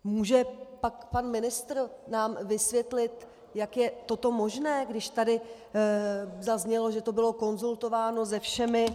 Může pak pan ministr nám vysvětlit, jak je toto možné, když tady zaznělo, že to bylo konzultováno se všemi?